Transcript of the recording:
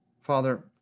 Father